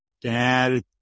dad